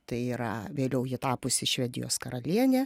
tai yra vėliau ji tapusi švedijos karalienė